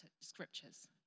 scriptures